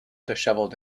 dishevelled